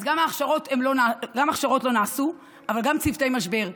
גם ההכשרות לא נעשו, אבל גם צוותי משבר.